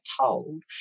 told